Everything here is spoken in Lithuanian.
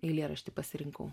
eilėraštį pasirinkau